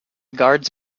guards